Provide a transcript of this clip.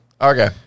Okay